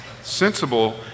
sensible